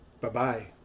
Bye-bye